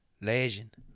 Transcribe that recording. Legend